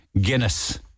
Guinness